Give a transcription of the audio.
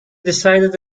decided